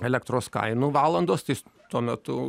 elektros kainų valandos tai jis tuo metu